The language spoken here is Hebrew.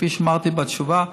כפי שאמרתי בתשובה,